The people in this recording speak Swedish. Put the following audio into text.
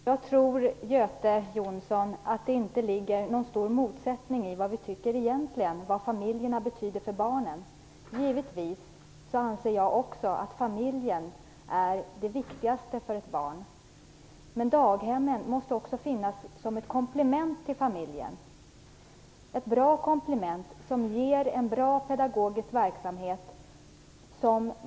Fru talman! Jag tror inte att det finns någon stor motsättning i vad vi egentligen tycker om vad familjerna betyder för barnen, Göte Jonsson. Jag anser givetvis också att familjen är det viktigaste för ett barn. Daghemmen måste finnas som ett komplement till familjen. Det är ett bra komplement med en bra pedagogisk verksamhet.